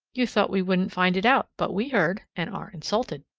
you thought we wouldn't find it out, but we heard and are insulted.